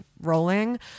rolling